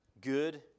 good